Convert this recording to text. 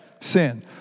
sin